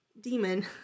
Demon